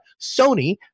Sony